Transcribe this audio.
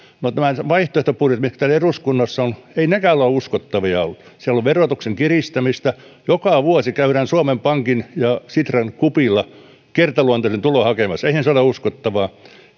ja nämä vaihtoehtobudjetit mitä täällä eduskunnassa on ollut eivät nekään ole uskottavia olleet siellä on verotuksen kiristämistä joka vuosi käydään suomen pankin ja sitran kupilla kertaluonteista tuloa hakemassa eihän se ole uskottavaa